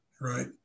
right